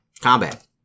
combat